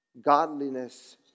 Godliness